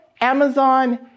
Amazon